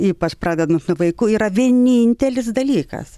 ypač pradedant nuo vaiku yra vienintelis dalykas